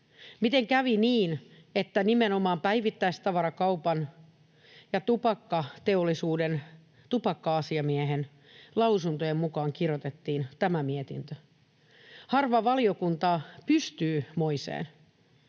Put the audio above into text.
Miten kävi niin, että nimenomaan päivittäistavarakaupan ja tupakkateollisuuden tupakka-asiamiehen lausuntojen mukaan kirjoitettiin tämä mietintö? Harva valiokunta pystyy moiseen.